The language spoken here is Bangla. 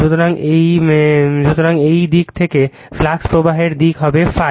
সুতরাং এই দিক থেকে ফ্লাক্স প্রবাহের দিক হবে ∅